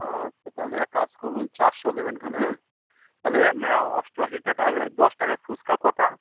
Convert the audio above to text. আচ্ছা তালে এক কাজ করুন চারশো দেবেনখন হ্যাঁ তাহলে অষ্টআশি টাকা এই দশ টাকার ফুচকা কটা